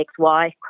XY